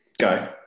go